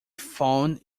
phone